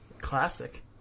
Classic